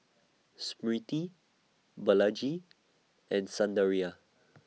Smriti Balaji and Sundaraiah